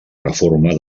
reforma